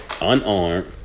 unarmed